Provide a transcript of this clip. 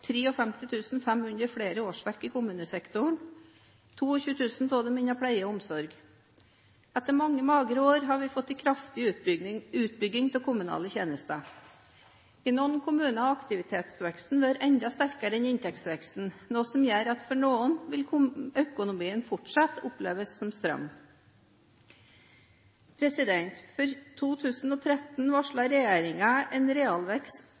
fått 53 500 flere årsverk i kommunesektoren, 22 000 av dem innen pleie og omsorg. Etter mange magre år har vi fått en kraftig utbygging av kommunale tjenester. I noen kommuner har aktivitetsveksten vært enda sterkere enn inntektsveksten, noe som gjør at for noen vil økonomien fortsatt oppleves som stram. For 2013 varsler regjeringen en realvekst